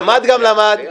למד גם למד,